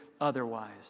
otherwise